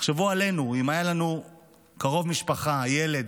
תחשבו עלינו, אם היה לנו קרוב משפחה, ילד,